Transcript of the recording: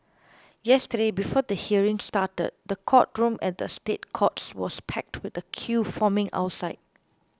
yesterday before the hearing started the courtroom at the State Courts was packed with a queue forming outside